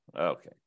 okay